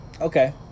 okay